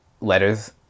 letters